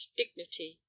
dignity